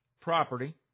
property